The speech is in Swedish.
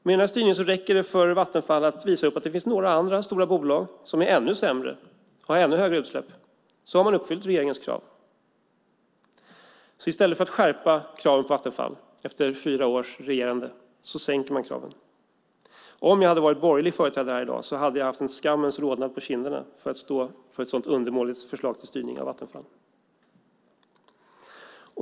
Med den här styrningen räcker det för Vattenfall att visa upp att det finns några andra stora bolag som är ännu sämre, som har ännu högre utsläpp. Då har man uppfyllt regeringens krav. I stället för att skärpa kraven på Vattenfall, efter fyra års regerande, sänker man kraven. Om jag hade varit borgerlig företrädare här i dag hade jag haft en skammens rodnad på kinderna inför att stå för ett sådant undermåligt förslag till styrning av Vattenfall.